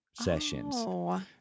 sessions